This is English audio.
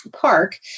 Park